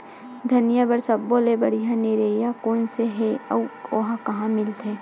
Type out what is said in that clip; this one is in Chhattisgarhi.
धनिया बर सब्बो ले बढ़िया निरैया कोन सा हे आऊ ओहा कहां मिलथे?